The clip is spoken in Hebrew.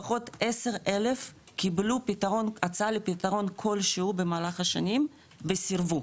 לפחות 10 אלף קיבלו הצעה לפתרון כלשהו במהלך השנים וסירבו,